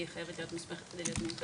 כי היא חייבת להיות מוסמכת כדי להיות מומחית,